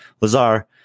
Lazar